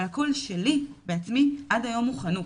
אבל הקול שלי בעצמי, עד היום הוא חנוק